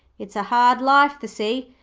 it's a hard life, the sea,